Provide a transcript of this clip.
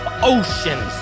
oceans